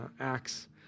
acts